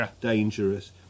dangerous